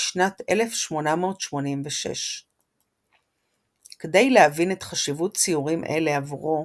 בשנת 1886. כדי להבין את חשיבות ציורים אלה עבורו,